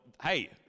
hey